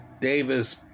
Davis